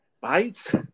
bites